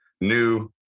new